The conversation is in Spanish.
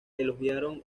elogiaron